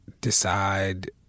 decide